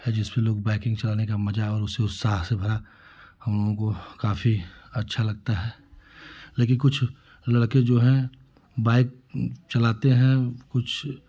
जिसमें लोग बाइकिंग चलाने का मज़ा और उससे उत्साह से भरा हमको काफ़ी अच्छा लगता है लेकिन कुछ लड़के जो हैं बाइक चलाते हैं कुछ